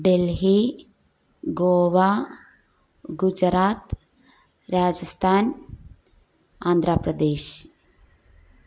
Delhi Goa Gujarat Rajasthan Andhra Pradesh